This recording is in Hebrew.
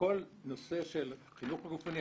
לכל הנושא של החינוך הגופני,